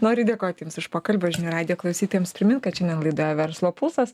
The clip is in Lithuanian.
noriu dėkoti jums iš pokalbį o žinių radijo klausytojams primint kad šiandien laidoje verslo pulsas